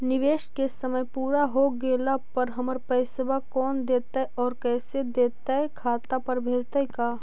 निवेश के समय पुरा हो गेला पर हमर पैसबा कोन देतै और कैसे देतै खाता पर भेजतै का?